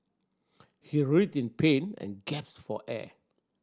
he writhed in pain and gasped for air